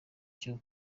cyo